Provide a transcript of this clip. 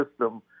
system